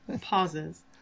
pauses